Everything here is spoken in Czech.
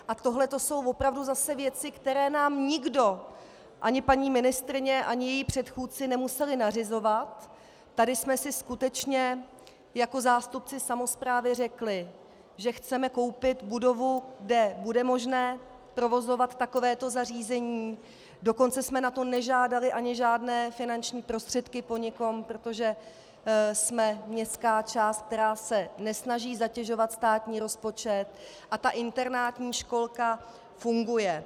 A tohle jsou opravdu zase věci, které nám nikdo, ani paní ministryně, ani její předchůdci, nemuseli nařizovat, tady jsme si skutečně jako zástupci samosprávy řekli, že chceme koupit budovu, kde bude možné provozovat takovéto zařízení, dokonce jsme na to nežádali ani žádné finanční prostředky po nikom, protože jsme městská část, která se nesnaží zatěžovat státní rozpočet, a ta internátní školka funguje.